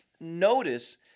Notice